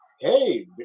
hey